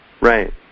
Right